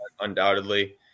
undoubtedly